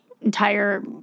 entire